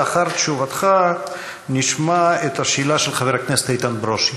לאחר תשובתך נשמע את השאלה של חבר הכנסת איתן ברושי.